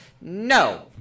No